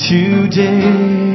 Today